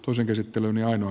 osa käsittelemme ainoa